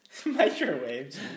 Microwaved